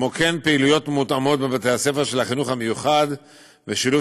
וכן פעילויות מותאמות בבתי-הספר של החינוך המיוחד ושילוב